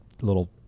little